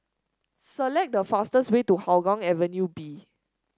select the fastest way to Hougang Avenue B